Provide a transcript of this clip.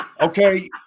Okay